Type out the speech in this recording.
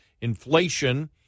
Inflation